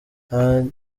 abanye